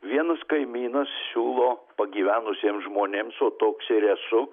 vienas kaimynas siūlo pagyvenusiems žmonėms o toks ir esu